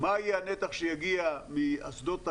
מה יהיה הנתח שיגיע מאסדות הגז,